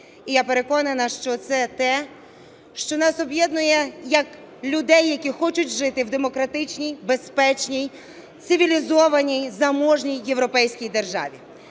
І я переконана, що це те, що нас об'єднує як людей, які хочуть жити в демократичній, безпечній, цивілізованій, заможній європейській державі.